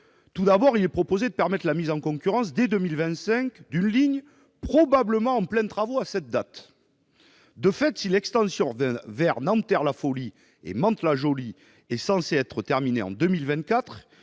situation. Il est proposé de permettre l'ouverture à la concurrence dès 2025 pour une ligne qui sera probablement en pleins travaux à cette date. De fait, si l'extension vers Nanterre-La Folie et Mantes-la-Jolie est censée être terminée en 2024,